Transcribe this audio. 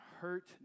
hurt